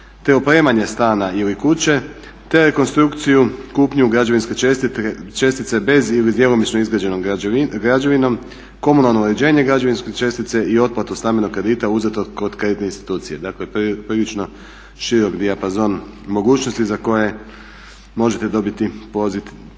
te opremanje stana ili kuće, te rekonstrukciju, kupnju građevinske čestice bez ili djelomično izgrađenom građevinom, komunalno uređenje građevinske čestice i otplatu stambenog kredita uzetog kod kreditne institucije, dakle prilično širok dijapazon mogućnosti za koje možete dobiti povoljan